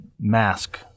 mask